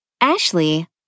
Ashley